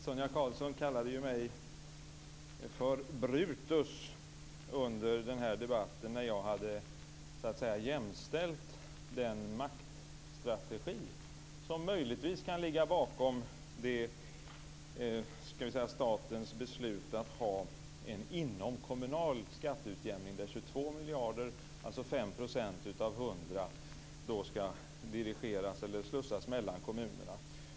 Sonia Karlsson kallade mig tidigare i debatten för Brutus; detta efter det att jag hade jämställt den maktstrategi som möjligtvis kan ligga bakom statens beslut om att ha en inomkommunal skatteutjämning där 22 miljarder kronor, alltså 5 % av 100 %, skall dirigeras/slussas mellan kommunerna.